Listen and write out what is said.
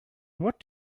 what